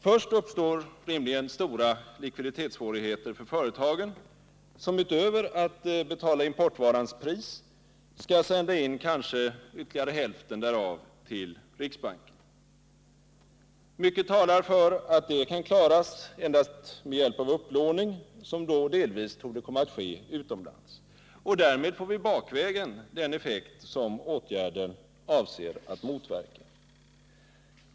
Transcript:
Först uppstår rimligen stora likviditetssvårigheter för företagen, som utöver att betala importvarans pris kanske skall sända in ytterligare hälften därav till riksbanken. Mycket talar för att detta kan klaras endast med hjälp av upplåning, som då delvis torde komma att ske utomlands. Och därmed får vi bakvägen den effekt som åtgärden avser att motverka.